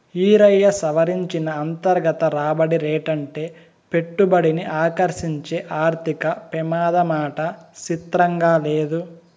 ఈరయ్యా, సవరించిన అంతర్గత రాబడి రేటంటే పెట్టుబడిని ఆకర్సించే ఆర్థిక పెమాదమాట సిత్రంగా లేదూ